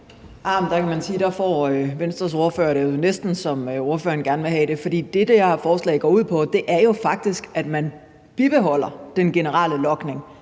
der får Venstres ordfører det jo næsten, som ordføreren gerne vil have det. For det, som det her forslag går ud på, er jo faktisk, at man bibeholder den generelle logning,